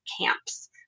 camps